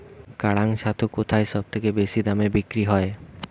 কাড়াং ছাতু কোথায় সবথেকে বেশি দামে বিক্রি হয়?